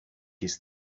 his